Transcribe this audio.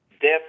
Death